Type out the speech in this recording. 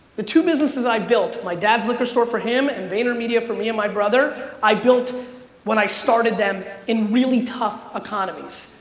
the two businesses i built, my dad's liquor store for him and vaynermedia for me and my brother, i built when i started them in really tough economies.